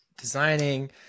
designing